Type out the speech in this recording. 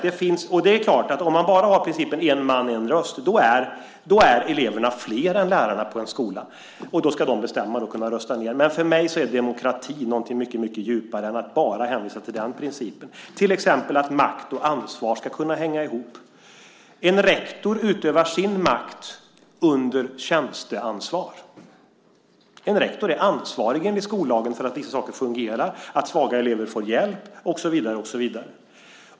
Det är klart att om man bara har principen en man, en röst är eleverna flera än lärarna på en skola. Då ska de bestämma och kunna rösta ned. För mig är demokrati någonting mycket djupare än att bara hänvisa till den principen, till exempel att makt och ansvar ska kunna hänga ihop. En rektor utövar sin makt under tjänsteansvar. En rektor är enligt skollagen ansvarig för att saker och ting fungerar, att svaga elever får hjälp och så vidare.